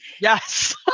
Yes